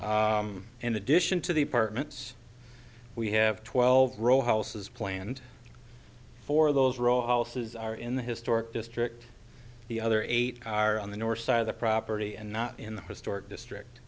in addition to the apartments we have twelve row houses planned for those are all houses are in the historic district the other eight are on the north side of the property and not in the historic district